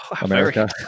America